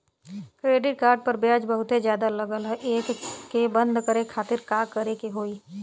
Credit card पर ब्याज बहुते ज्यादा लगत ह एके बंद करे खातिर का करे के होई?